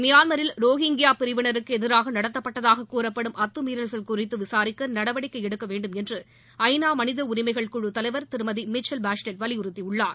மியான்மரில் ரோஹிங்கியா பிரிவினருக்கு எதிராக நடத்தப்பட்டதாகக் கூறப்படும் அத்தமீறல்கள் குறித்து விசாரிக்க நடவடிக்கை எடுக்க வேண்டுமென்று ஐ நா மனித உரிமைகள் குழு தலைவர் திருமதி மீசெல் பாஷ்லெட் வலியுறுத்தியுள்ளார்